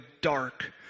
dark